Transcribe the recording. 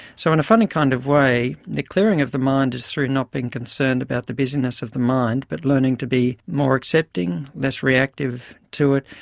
so in a funny kind of way the clearing of the mind is through not being concerned about the business of the mind but learning to be more accepting, less reactive to it,